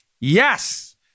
Yes